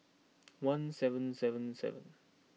one seven seven seven